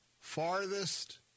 farthest